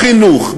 בחינוך,